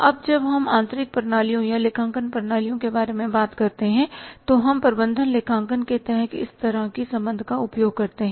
अब जब हम आंतरिक प्रणालियों या लेखांकन प्रणालियों के बारे में बात करते हैं तो हम प्रबंधन लेखांकन के तहत इस तरह के संबंध का उपयोग करते हैं